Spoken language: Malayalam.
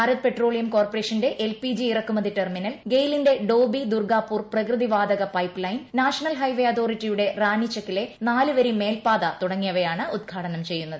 ഭാരത് പെട്രോളിയം കോർപ്പറേഷന്റെ എൽപീജി ഇറക്കുമതി ടെർമിനൽ ഗെയ് ലിന്റെ ഡോബി ദുർഗാപൂർ പ്രക്ട്യതി ്വാതക പൈപ്പ് ലൈൻ നാഷണൽ ഹൈവേ അതോറിറ്റിയുടെ റ്റാനിചക്കിലെ നാലുവരി മേൽപ്പാത തുടങ്ങിയവയാണ് ഉദ്ഘാട്ടന്ം ചെയ്യുന്നത്